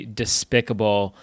despicable